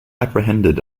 apprehended